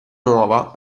nuova